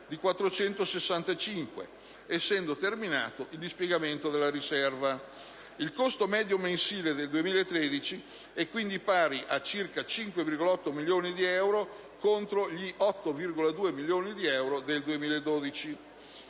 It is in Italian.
di 465, essendo terminato il dispiegamento della riserva. Il costo medio mensile del 2013 è quindi pari a 5,8 milioni, contro gli 8,2 milioni del 2012.